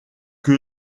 que